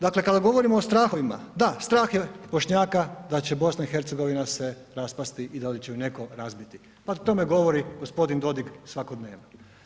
Dakle, kada govorimo o strahovima, da strah je Bošnjaka da će BiH se raspasti i da li će ju netko razbiti, pa o tome govori g. Dodig svakodnevno.